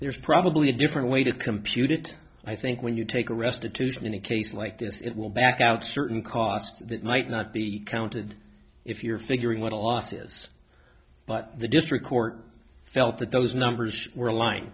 there's probably a different way to compute it i think when you take a restitution in a case like this it will back out certain costs that might not be counted if you're figuring what a loss is but the district court felt that those numbers were aligne